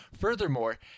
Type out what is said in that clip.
Furthermore